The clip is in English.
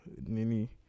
Nini